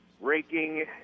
raking